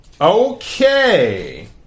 Okay